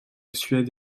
suède